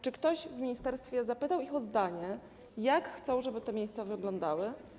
Czy ktoś w ministerstwie zapytał ich o zdanie, jak chcą, żeby te miejsca wyglądały?